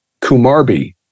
Kumarbi